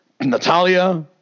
Natalia